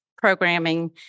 programming